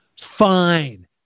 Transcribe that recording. Fine